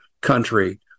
country